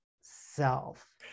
self